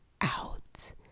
out